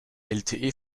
lte